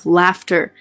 laughter